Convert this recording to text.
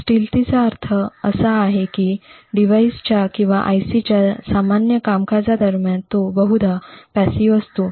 स्टिल्टथिचा अर्थ असा आहे की डिव्हाइसच्या किंवा IC च्या सामान्य कामकाजादरम्यान तो बहुधा निष्क्रीय असतो